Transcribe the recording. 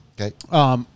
Okay